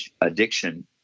addiction